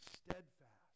steadfast